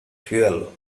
fuel